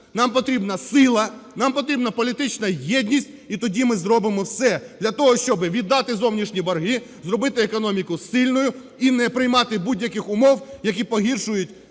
нам потрібна сила, нам потрібна політична єдність, і тоді ми зробимо все для того, щоб віддати зовнішні борги, зробити економіку сильною і не приймати будь-яких умов, які погіршують